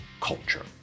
culture